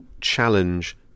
challenge